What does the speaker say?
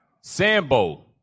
Sambo